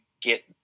get